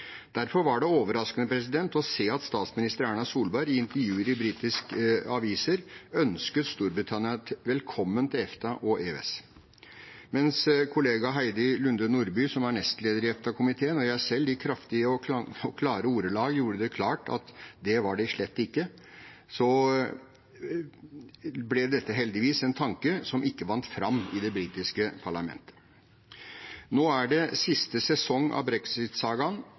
Derfor var det overraskende å se at statsminister Erna Solberg i intervjuer i britiske aviser ønsket Storbritannia velkommen til EFTA og EØS, mens kollega Heidi Nordby Lunde, som er nestleder i EFTA-komiteen, og jeg selv i kraftige og klare ordelag gjorde det klart at det var de slett ikke. Heldigvis var dette en tanke som ikke vant fram i det britiske parlamentet. Nå er det siste sesong av